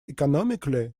economically